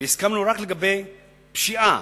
והסכמנו רק לגבי פשיעה